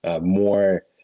more